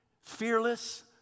fearless